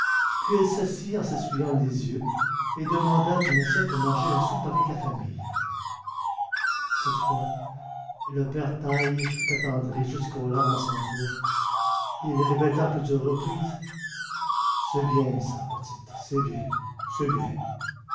puis elle s'assit en s'essuyant les yeux et demanda une assiette pour manger la soupe avec la famille cette fois le père taille fut attendri jusqu'aux larmes à son tour et il répéta à plusieurs reprises c'est bien ça petite c'est bien c'est bien